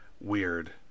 weird